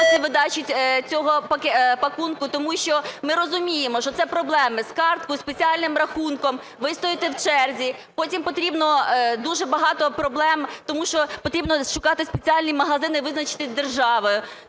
видачі цього пакунку, тому що ми розуміємо, що це проблеми з карткою, спеціальним рахунком. Ви стоїте в черзі, потім потрібно… Дуже багато проблем, тому що потрібно шукати спеціальний магазини, визначені державою.